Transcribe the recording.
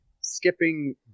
skipping